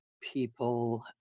people